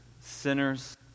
sinners